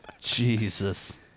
Jesus